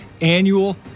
annual